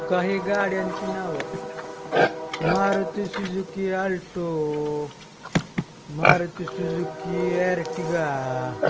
काही गाड्यांची नावं Maruti Suzuki Alto Maruti Suzuki Ertiga